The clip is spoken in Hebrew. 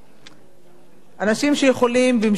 אנשים שיכולים במשיכת קולמוס